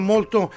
molto